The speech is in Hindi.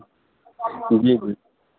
जी जी